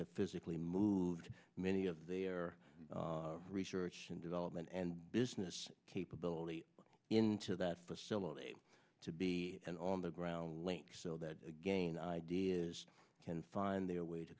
have physically moved many of their research and development and business capability into that facility to be and on the ground link so that again ideas can find their way to